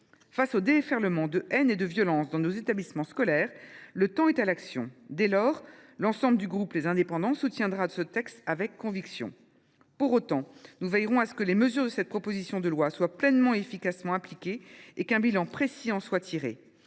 Face au déferlement de haine et de violence dans nos établissements scolaires, le temps est à l’action. Dès lors, l’ensemble du groupe Les Indépendants soutiendra ce texte avec conviction. Pour autant, nous veillerons à ce que les mesures de cette proposition de loi soient pleinement et efficacement appliquées et qu’un bilan précis en soit tiré.